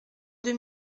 deux